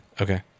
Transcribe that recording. Okay